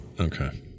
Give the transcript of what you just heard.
okay